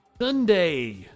Sunday